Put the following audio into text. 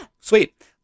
Sweet